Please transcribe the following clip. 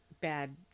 bad